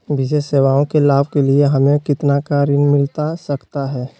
विशेष सेवाओं के लाभ के लिए हमें कितना का ऋण मिलता सकता है?